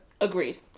agreed